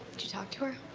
did you talk to her?